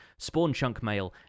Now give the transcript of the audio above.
spawnchunkmail